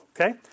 Okay